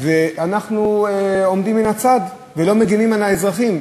ואנחנו עומדים מן הצד ולא מגינים על האזרחים?